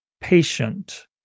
patient